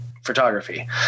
Photography